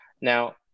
Now